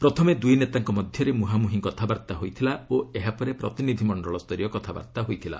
ପ୍ରଥମେ ଦୁଇ ନେତାଙ୍କ ମଧ୍ୟରେ ମୁହାଁମୁହିଁ କଥାବାର୍ତ୍ତା ହୋଇଥିଲା ଓ ଏହାପରେ ପ୍ରତିନିଧି ମଣ୍ଡଳସ୍ତରୀୟ କଥାବାର୍ତ୍ତା ହୋଇଥିଲା